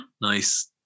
Nice